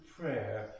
prayer